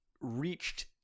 Reached